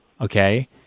okay